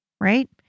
right